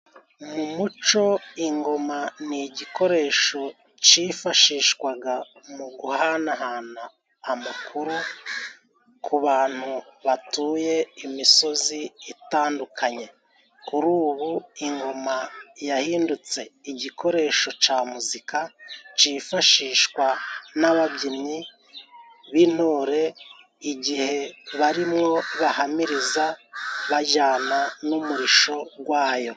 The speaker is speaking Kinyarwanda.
Mu muco ingoma ni igikoresho cifashishwaga mu guhanahana amakuru ku bantu batuye imisozi itandukanye. Kuri ubu ingoma yahindutse igikoresho ca muzika cifashishwa n'ababyinnyi b'intore, igihe barimwo bahamiriza bajana n'umurisho gwayo.